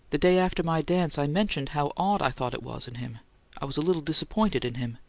the day after my dance i mentioned how odd i thought it was in him i was a little disappointed in him.